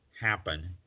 happen